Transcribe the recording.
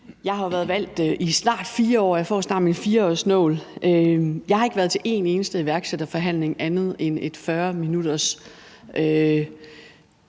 Jeg har jo været valgt i snart 4 år, og jeg får snart min 4-årsnål. Jeg har ikke været til en eneste iværksætterforhandling andet end et 40 minutters